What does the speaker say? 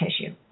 tissue